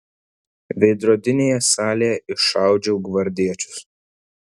veidrodinėje salėje iššaudžiau gvardiečius